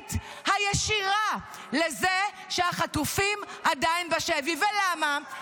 האחראית הישירה לזה שהחטופים עדיין בשבי, ולמה?